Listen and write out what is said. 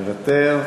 מוותר.